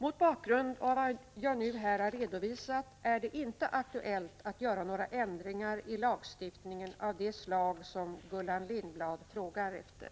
Mot bakgrund av vad jag nu har redovisat är det inte aktuellt att göra några ändringar i lagstiftningen av det slag som Gullan Lindblad frågar efter.